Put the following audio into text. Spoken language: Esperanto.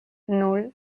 nul